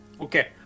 Okay